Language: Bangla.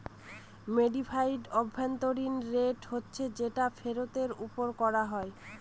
মডিফাইড অভ্যন্তরীন রেট হচ্ছে যেটা ফেরতের ওপর করা হয়